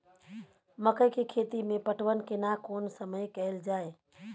मकई के खेती मे पटवन केना कोन समय कैल जाय?